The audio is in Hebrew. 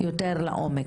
יותר לעומק.